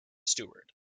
steward